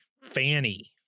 Fanny